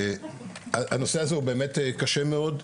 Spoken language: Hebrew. הנושא הזה הוא קשה מאוד,